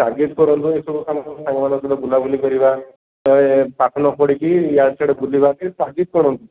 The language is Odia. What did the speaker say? ତାଗିଦ କରନ୍ତୁ ଏହି ସବୁ କାମ ସାଙ୍ଗମାନଙ୍କ ସହିତ ବୁଲାବୁଲି କରିବା ଏ ପାଠ ନ ପଢ଼ିକି ଇଆଡ଼େ ସିଆଡ଼େ ବୁଲିବା ଟିକେ ତାଗିଦ କରନ୍ତୁ